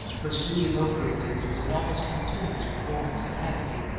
her smoothing over of things was an almost continuous performance, and had to be.